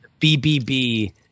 BBB